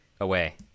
away